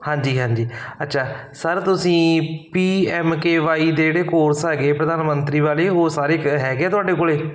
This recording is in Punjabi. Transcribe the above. ਹਾਂਜੀ ਹਾਂਜੀ ਅੱਛਾ ਸਰ ਤੁਸੀਂ ਪੀਐਮਕੇਵਾਈ ਦੇ ਜਿਹੜੇ ਕੋਰਸ ਹੈਗੇ ਪ੍ਰਧਾਨ ਮੰਤਰੀ ਵਾਲੇ ਉਹ ਸਾਰੇ ਹੈਗੇ ਆ ਤੁਹਾਡੇ ਕੋਲ